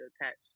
attached